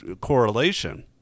correlation